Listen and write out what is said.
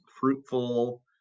fruitful